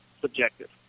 subjective